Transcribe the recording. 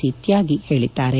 ಹಿತ್ತಾಗಿ ಹೇಳಿದ್ದಾರೆ